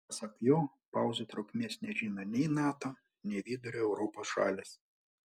pasak jo pauzių trukmės nežino nei nato nei vidurio europos šalys